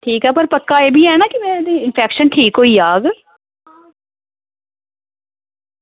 ठीक ऐ पर पक्का एह्बी ऐ ना की इंफेक्शन ठीक होई जाह्ग